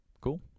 cool